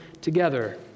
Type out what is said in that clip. together